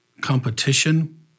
competition